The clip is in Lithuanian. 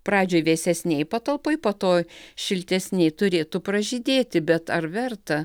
pradžiai vėsesnėj patalpoj po to šiltesnėj turėtų pražydėti bet ar verta